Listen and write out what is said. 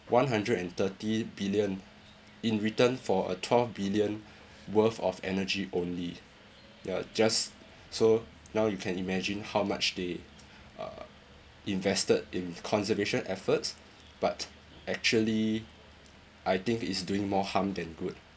one hundred and thirty billion in return for a twelve billion worth of energy only ya just so now you can imagine how much they uh invested in conservation efforts but actually I think it's doing more harm than good